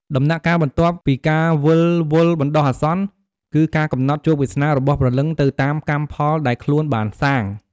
ដំណាក់កាលបន្ទាប់ពីការវិលវល់បណ្ដោះអាសន្ន គឺការកំណត់ជោគវាសនារបស់ព្រលឹងទៅតាមកម្មផលដែលខ្លួនបានសាង។